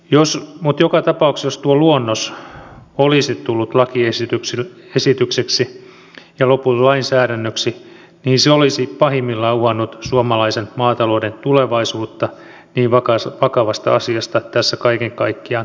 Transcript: mutta joka tapauksessa jos tuo luonnos olisi tullut lakiesitykseksi ja lopulta lainsäädännöksi se olisi pahimmillaan uhannut suomalaisen maatalouden tulevaisuutta niin vakavasta asiasta tässä kaiken kaikkiaan oli kyse